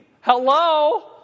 hello